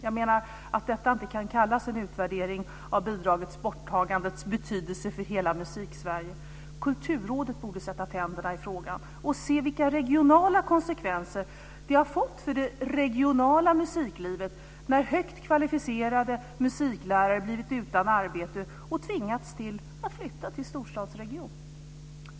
Jag menar att detta inte kan kallas en utvärdering av betydelsen av borttagandet av bidraget för hela Musiksverige. Kulturrådet borde sätta tänderna i frågan och se vilka konsekvenser det har fått för det regionala musiklivet när högt kvalificerade musiklärare har blivit utan arbete och tvingats att flytta till storstadsregionerna.